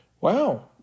Wow